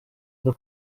the